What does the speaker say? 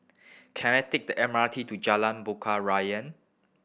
can I take the M R T to Jalan Bunga Raya